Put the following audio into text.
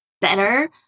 better